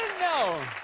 know